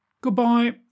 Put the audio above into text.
Goodbye